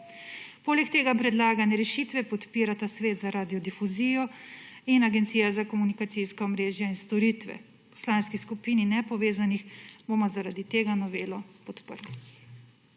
Poleg tega predlagane rešitve podpirata Svet za radiodifuzijo in Agencija za komunikacijska omrežja in storitve. V Poslanski skupini nepovezanih bomo zaradi tega novelo podprli.